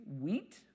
Wheat